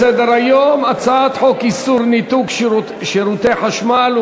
הצעת חוק פיצויי פיטורים (תיקון,